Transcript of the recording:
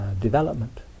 development